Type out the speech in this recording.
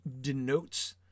denotes